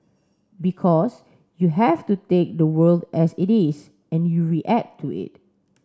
because you have to take the world as it is and you react to it